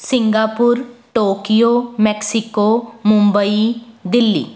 Singapore Tokyo Mexico Mumbai Delhi